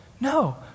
No